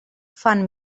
fan